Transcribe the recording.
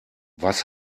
was